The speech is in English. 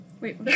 Wait